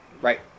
Right